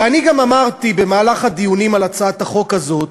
ואני גם אמרתי בדיונים על הצעת החוק הזאת,